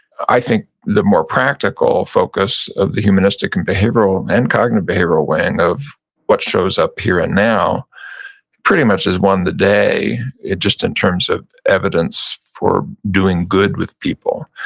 i think the more practical focus of the humanistic and behavioral and cognitive behavioral weighing of what shows up here and now pretty much has won the day, just in terms of evidence for doing good with people.